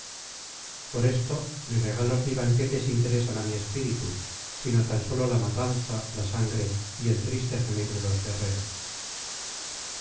por esto ni regalos ni banquetes interesan á mi espíritu sino tan sólo la matanza la sangre y el triste gemir de los guerreros